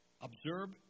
Observe